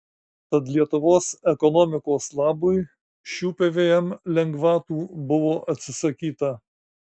tad lietuvos ekonomikos labui šių pvm lengvatų buvo atsisakyta